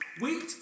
Wait